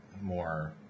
more